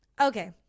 okay